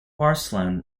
arslan